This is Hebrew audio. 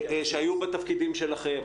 שהיו בתפקידים שלכם.